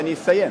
ואני אסיים.